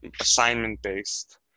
assignment-based